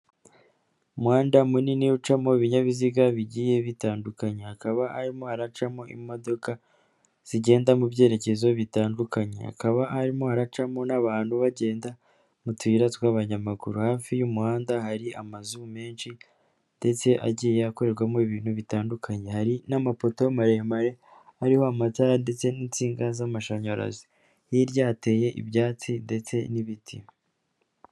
Umuhanda munini ucamo ibinyabiziga bigiye bitandukanye akaba harimo haracamo imodoka zigenda mu byerekezo bitandukanye, akaba harimo haracamo n'abantu bagenda mu tuyira tw'abanyamaguru. Hafi y'umuhanda hari amazu menshi ndetse agiye akorerwamo ibintu bitandukanye. Hari n'amapoto maremare ariho amatara ndetse n'insinga z'amashanyarazi hirya hateye ibyatsi ndetse n'ibiti.